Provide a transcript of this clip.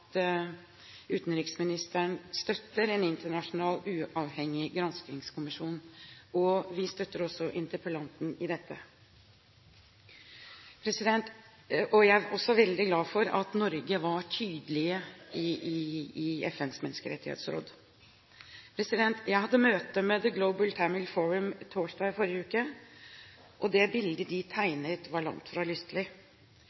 utenriksministeren støtter en internasjonal uavhengig granskingskommisjon, og vi støtter også interpellanten i dette. Jeg er også veldig glad for at Norge var tydelig i FNs menneskerettighetsråd. Jeg hadde møte med Global Tamil Forum torsdag i forrige uke, og det bildet de